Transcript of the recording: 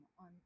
on